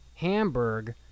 Hamburg